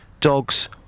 dogs